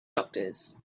doctors